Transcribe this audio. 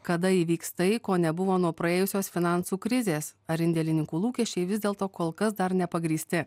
kada įvyks tai ko nebuvo nuo praėjusios finansų krizės ar indėlininkų lūkesčiai vis dėlto kol kas dar nepagrįsti